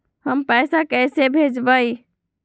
हम पैसा कईसे भेजबई?